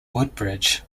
woodbridge